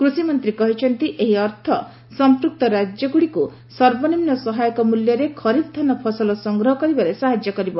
କୃଷିମନ୍ତ୍ରୀ କହିଛନ୍ତି ଏହି ଅର୍ଥ ସଂପୃକ୍ତ ରାଜ୍ୟଗୁଡ଼ିକୁ ଖରିଫ୍ ଧାନ ଫସଲ ସର୍ବନିମ୍ନ ସହାୟକ ମୂଲ୍ୟରେ ଖରିଫ୍ ଧାନ ସଂଗ୍ରହ କରିବାରେ ସାହାଯ୍ୟ କରିବ